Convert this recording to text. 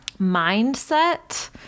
mindset